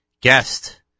guest